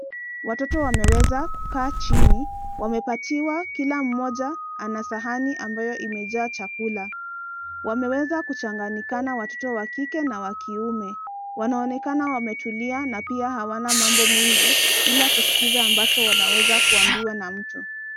Watoto wameweza kukaachini wamepatiwa kila mmoja anasahani ambayo imeja chakula. Wameweza kuchanganikana watoto wakike na wakiume. Wanaonekana wametulia na pia hawana mambo mengi ila kusikiza ambacho wanaweza kuambiwe na mtu.